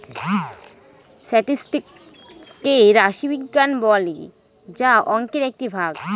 statistics কে রাশি বিজ্ঞান বলে যা অংকের একটি ভাগ